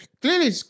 Clearly